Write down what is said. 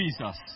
Jesus